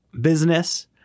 business